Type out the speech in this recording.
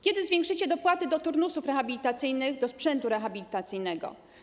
Kiedy zwiększycie dopłaty do turnusów rehabilitacyjnych, do sprzętu rehabilitacyjnego?